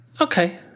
Okay